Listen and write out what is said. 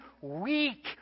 weak